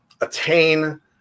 attain